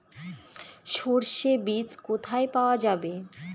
সর্ষে বিজ কোথায় পাওয়া যাবে?